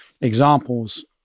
examples